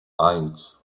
eins